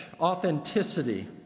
authenticity